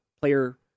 player